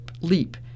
leap